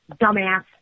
Dumbass